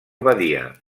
badia